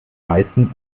meisten